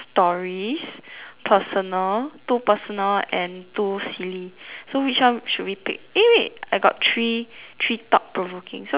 personal two personal and two silly so which one should we pick eh wait I got three three thought provoking so which one are we gonna choose